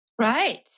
Right